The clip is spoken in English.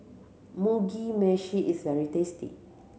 Mugi Meshi is very tasty